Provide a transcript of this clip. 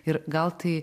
ir gal tai